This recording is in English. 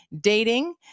dating